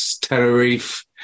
Tenerife